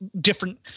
different